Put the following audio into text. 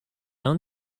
own